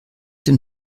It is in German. den